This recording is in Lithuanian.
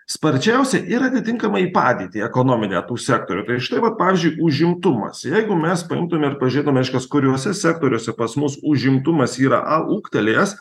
sparčiausia ir atitinkamai į padėtį ekonominę tų sektorių tai štai vat pavyzdžiui užimtumas jeigu mes paimtume ir pažiūrėtume reiškias kuriuose sektoriuose pas mus užimtumas yra a ūgtelėjęs